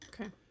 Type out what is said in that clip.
Okay